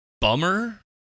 bummer